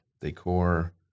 decor